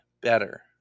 better